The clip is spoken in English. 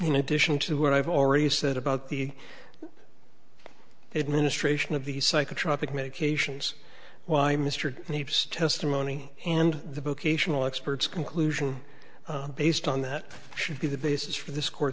in addition to what i've already said about the administration of the psychotropic medications why mr heaps testimony and the vocational experts conclusion based on that should be the basis for this court